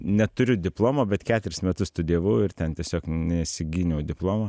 neturiu diplomo bet keturis metus studijavau ir ten tiesiog nesigyniau diplomo